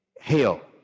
hell